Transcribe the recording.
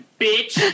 bitch